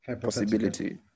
possibility